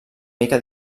mica